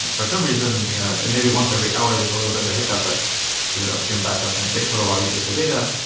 for some reason and maybe once every hour there's a little bit of a hiccup at your upstream backup and it takes a little while to get you the data.